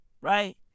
Right